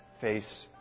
face